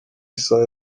isaha